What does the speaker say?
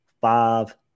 five